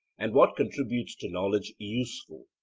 and what contributes to knowledge useful.